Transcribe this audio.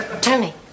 Tony